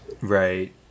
right